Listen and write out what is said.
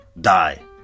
die